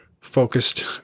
focused